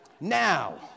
Now